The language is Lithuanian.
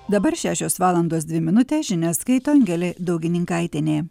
dabar šešios valandos dvi minutės žinias skaito angelė daugininkaitienė